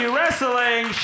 Wrestling